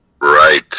Right